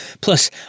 plus